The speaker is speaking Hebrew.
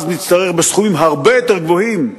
נצטרך, בסכומים הרבה יותר גבוהים,